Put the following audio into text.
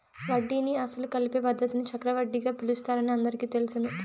వడ్డీని అసలు కలిపే పద్ధతిని చక్రవడ్డీగా పిలుస్తారని అందరికీ తెలుసును